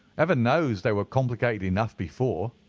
heaven knows, they were complicated enough before.